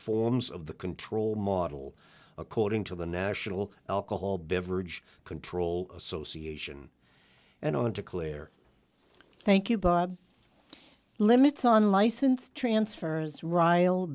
forms of the control model according to the national alcohol beverage control association and or declare thank you bob limits on license transfers ri